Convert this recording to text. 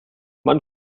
man